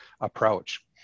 approach